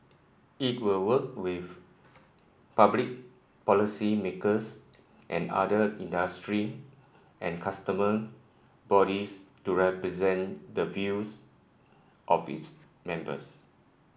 it will work with public policymakers and other industry and consumer bodies to represent the views of its members